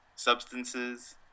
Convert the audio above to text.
substances